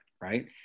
right